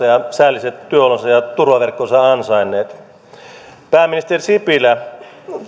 säälliset työolonsa ja turvaverkkonsa ansainneet pääministeri sipilä